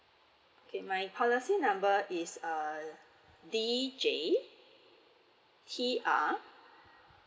okay my policy number is err D J T R